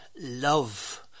love